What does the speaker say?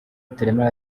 rutaremara